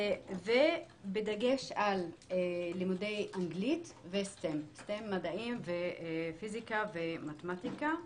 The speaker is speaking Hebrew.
בדגש על לימודי אנגלית, מדעים, פיזיקה ומתמטיקה.